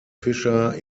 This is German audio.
fischer